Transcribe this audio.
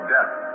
Death